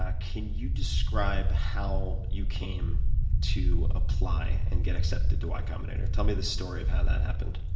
ah can you describe how you came to apply and get accepted to y combinator? tell me the story of how that happened.